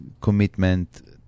commitment